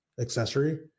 accessory